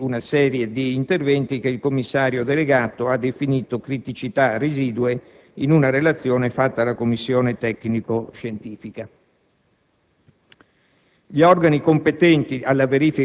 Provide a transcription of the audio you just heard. Rientrano tra questi ultimi interventi quelli che il commissario delegato definisce «criticità residue» in una relazione fatta alla commissione tecnico-scientifica.: